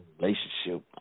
relationship